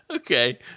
Okay